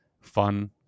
fun